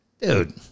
Dude